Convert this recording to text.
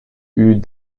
eut